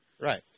Right